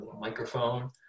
microphone